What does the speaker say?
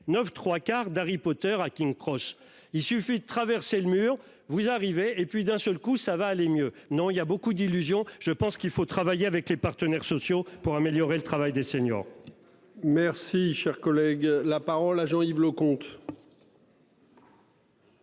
9 3 quarts d'Harry Potter à King Cross, il suffit de traverser le mur, vous arrivez et puis d'un seul coup ça va aller mieux. Non il y a beaucoup d'illusions. Je pense qu'il faut travailler avec les partenaires sociaux pour améliorer le travail des seniors. Merci, cher collègue, la parole à Jean-Yves Leconte.